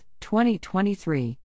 2023